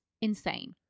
insane